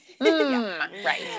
right